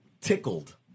tickled